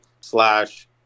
slash